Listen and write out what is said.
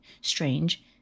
strange